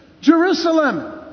Jerusalem